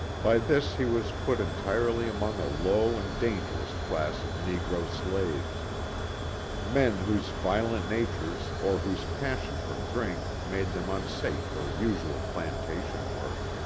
by this he was put entirely among a low and dangerous class of negro slaves men whose violent natures or whose passion for drink made them unsafe for usual plantation work.